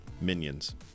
Minions